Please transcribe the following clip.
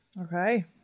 Okay